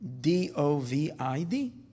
D-O-V-I-D